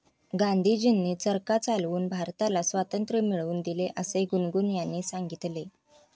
गांधीजींनी चरखा चालवून भारताला स्वातंत्र्य मिळवून दिले असे गुनगुन यांनी सांगितले